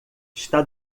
está